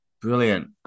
brilliant